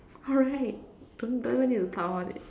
oh right don't tell